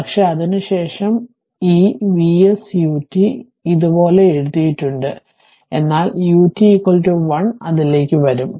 പക്ഷേ അതിനുശേഷം ഈ Vs ut Vs ut ഇത് ഇതുപോലെ എഴുതിയിട്ടുണ്ട് എന്നാൽ ut 1 അതിലേക്ക് വരും